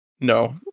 No